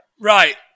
Right